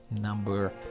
number